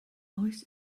oes